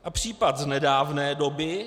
A případ z nedávné doby.